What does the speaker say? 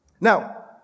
Now